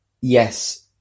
yes